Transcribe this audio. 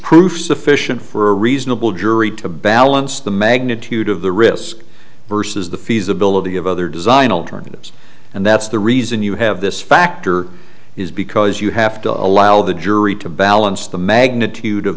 proof sufficient for a reasonable jury to balance the magnitude of the risk versus the feasibility of other design ill terminus and that's the reason you have this factor is because you have to allow the jury to balance the magnitude of